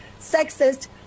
sexist